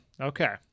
Okay